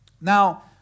Now